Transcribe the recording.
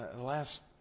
last